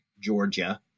Georgia